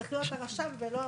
צריך להיות הרשם ולא המנכ"ל,